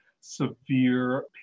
severe